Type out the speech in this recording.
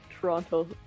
Toronto